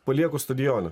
palieku stadione